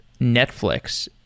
Netflix